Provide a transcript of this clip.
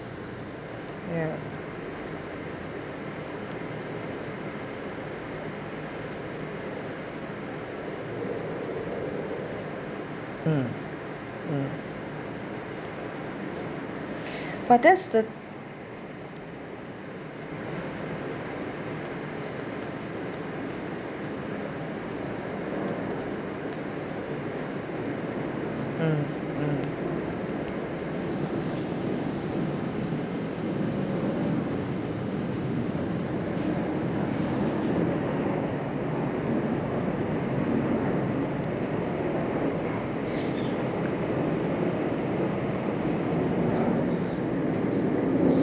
ya um but that's the um